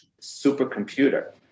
supercomputer